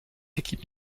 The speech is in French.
équipes